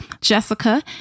Jessica